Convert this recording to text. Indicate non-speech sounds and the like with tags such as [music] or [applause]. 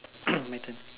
[coughs] my turn